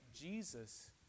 Jesus